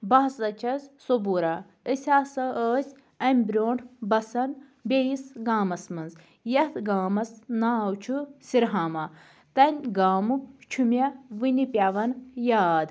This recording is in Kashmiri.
بہٕ ہَسا چھَس صُبوٗرہ أسۍ ہَسا أسۍ اَمہِ برٛونٛٹھ بسان بیٚیِس گامس منٛز یَتھ گامس ناو چھُ سِرہامہ تَمہِ گامُک چھُ مےٚ وُنہِ پیٚوان یاد